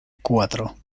cuatro